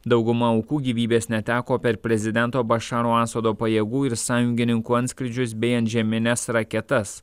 dauguma aukų gyvybės neteko per prezidento bašaro asado pajėgų ir sąjungininkų antskrydžius bei antžemines raketas